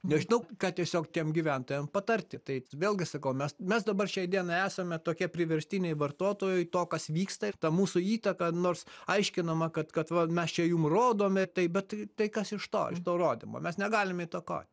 nežinau ką tiesiog tiem gyventojam patarti tai vėlgi sakau mes mes dabar šiai dienai esame tokie priverstiniai vartotojai to kas vyksta ir ta mūsų įtaka nors aiškinama kad kad va mes čia jum rodome tai bet tai kas iš to iš to rodymo mes negalim įtakot